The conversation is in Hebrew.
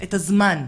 את הזמן,